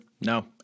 No